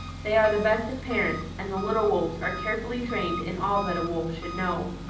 they are the best of parents, and the little wolves are carefully trained in all that a wolf should know.